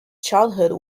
childhood